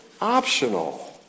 optional